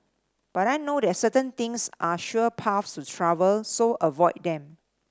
but I know that certain things are sure paths to trouble so avoid them